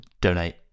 donate